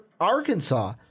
Arkansas